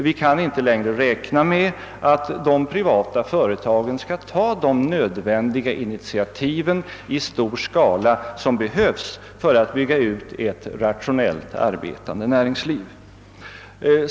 Vi kan inte längre räkna med att de privata företagen skall ta de nödvändiga initiativ i stor skala som behövs för att bygga ut ett rationellt arbetande näringsliv.